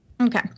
okay